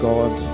God